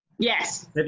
Yes